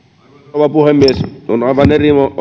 rouva puhemies on aivan